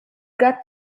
got